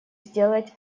сделать